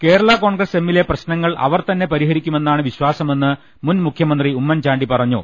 കേരളാ കോൺഗ്രസ് എമ്മിലെ പ്രശ്നങ്ങൾ അവർ തന്നെ പരിഹരിക്കുമെന്നാണ് വിശ്വാസമെന്ന് മുൻ മുഖ്യ മന്ത്രി ഉമ്മൻചാണ്ടി പറഞ്ഞു